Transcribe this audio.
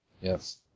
Yes